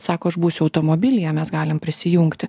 sako aš būsiu automobilyje mes galim prisijungti